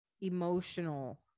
emotional